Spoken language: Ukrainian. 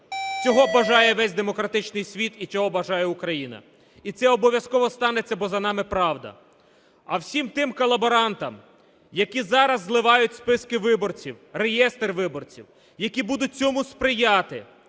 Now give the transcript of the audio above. Цього бажає весь демократичний світ і цього бажає Україна. І це обов'язково станеться, бо за нами правда. А всім тим колаборантам, які зараз зливають списки виборців, реєстр виборців, які будуть цьому сприяти,